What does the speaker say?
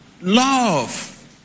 Love